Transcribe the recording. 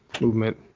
movement